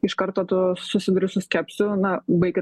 iš karto tu susiduri su skepsiu na baikit